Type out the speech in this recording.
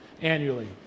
annually